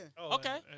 Okay